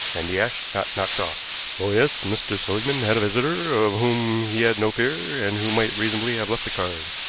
and the ash not knocked off. oh, yes, mr. seligmann had a visitor of whom he had no fear, and who might reasonably have left a card.